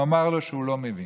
הוא אמר לו שהוא לא מבין.